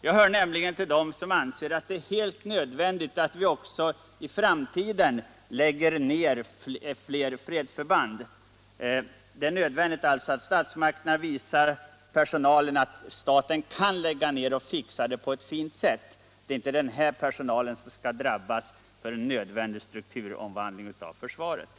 Jag hör till dem som anser att det är helt nödvändigt att vi även framöver minskar antalet fredsförband. Det är då också nödvändigt att statsmakterna visar personalen att man kan göra förbandsnedläggningar och ordna det på ett bra sätt för personalen. Det är inte personalen som skall drabbas av en nödvändig strukturrationalisering av försvaret.